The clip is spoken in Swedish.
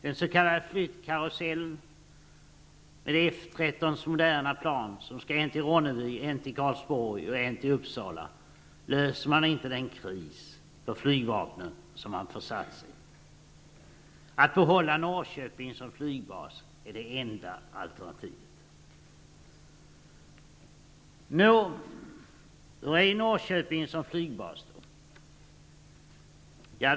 Den s.k. flyttkarusellen med F 13:s moderna plan, som skall än till Ronneby, än till Karlsborg och än till Uppsala, löser inte den kris för flygvapnet som man har försatts i. Att behålla Norrköping som flygbas är det enda alternativet. Nå, hur är Norrköping som flygbas?